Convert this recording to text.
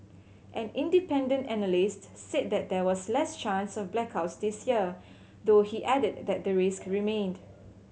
an independent analyst said that there was less chance of blackouts this year though he added that the risk remained